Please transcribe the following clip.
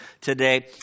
today